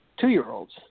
two-year-olds